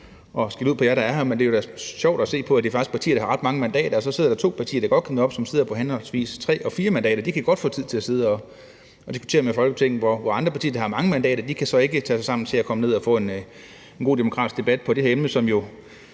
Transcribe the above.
det er sjovt at se, at det faktisk er partier, der har ret mange mandater – og så sidder der to partier, der sidder på henholdsvis tre og fire mandater, som godt kan møde op. De kan godt få tid til at sidde og diskutere i Folketinget, hvor andre partier, der har mange mandater, altså ikke kan tage sig sammen til at komme ned og få en god demokratisk debat om det her emne, som jo